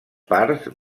parts